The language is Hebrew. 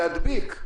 להדביק.